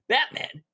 Batman